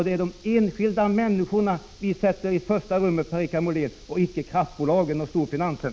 Det är de enskilda människorna vi sätter i första rummet, Per-Richard Molén, och icke kraftbolagen och storfinansen.